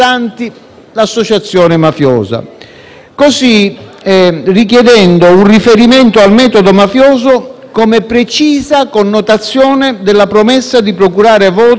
così richiedendo un riferimento al metodo mafioso come precisa connotazione della promessa di procurare voti in cambio di denaro o altra utilità.